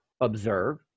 observe